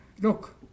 look